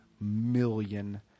million